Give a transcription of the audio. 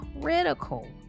critical